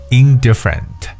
indifferent